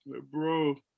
Bro